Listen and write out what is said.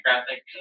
Graphic